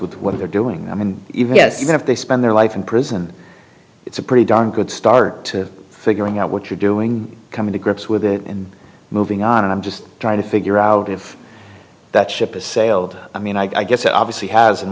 with what they're doing and even yes even if they spend their life in prison it's a pretty darn good start to figuring out what you're doing coming to grips with it and moving on and i'm just trying to figure out if that ship has sailed i mean i guess the obviously has in